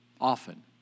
often